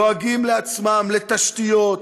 דואגים לעצמם לתשתיות,